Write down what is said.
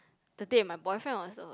the date with my boyfriend was a